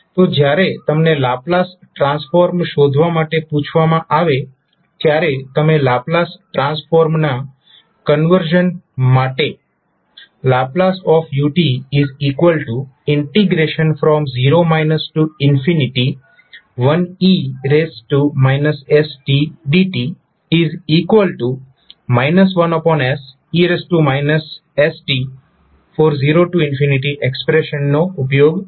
તો જ્યારે તમને લાપ્લાસ ટ્રાન્સફોર્મ શોધવા માટે પૂછવામાં આવે ત્યારે તમે લાપ્લાસ ટ્રાન્સફોર્મના કન્વર્ઝન માટે ℒu0 1e stdt 1se st | 0 એક્સપ્રેશનનો ઉપયોગ કરશો